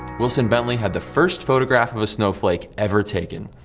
wilson bentley had the first photograph of a snowflake ever taken.